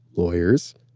lawyers,